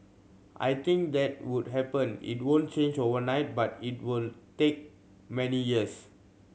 I think that would happen it won't change overnight but it would take many years